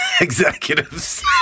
executives